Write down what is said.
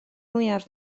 mwyaf